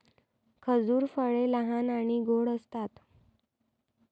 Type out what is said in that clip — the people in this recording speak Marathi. खजूर फळे लहान आणि गोड असतात